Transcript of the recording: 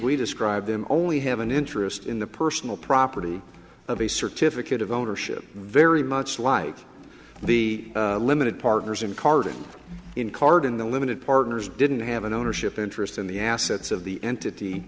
we describe them only have an interest in the personal property of a certificate of ownership very much like the limited partners and carving in card in the limited partners didn't have an ownership interest in the assets of the entity